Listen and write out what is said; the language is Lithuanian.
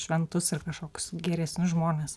šventus ar kažkoks geresnius žmones